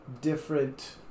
different